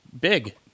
big